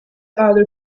other